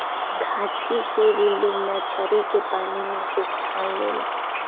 खांची से भी लोग मछरी के पानी में से छान लेला